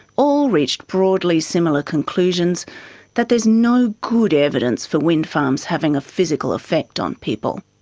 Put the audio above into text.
all reached broadly similar conclusions that there is no good evidence for windfarms having a physical effect on people.